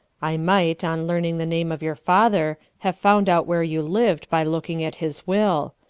i might, on learning the name of your father, have found out where you lived by looking at his will.